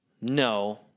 no